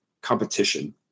competition